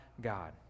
God